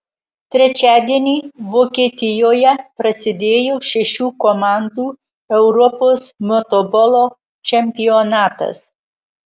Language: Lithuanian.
trečiadienį vokietijoje prasidėjo šešių komandų europos motobolo čempionatas